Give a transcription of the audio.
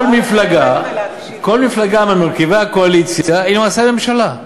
כל מפלגה ממרכיבי הקואליציה היא למעשה הממשלה,